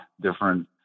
different